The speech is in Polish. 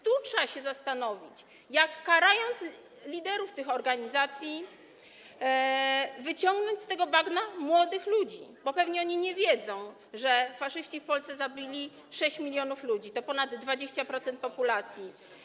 Tu trzeba się zastanowić, jak karząc liderów tych organizacji, wyciągnąć z tego bagna młodych ludzi, bo pewnie oni nie wiedzą, że faszyści w Polsce zabili 6 mln ludzi, to ponad 20% populacji.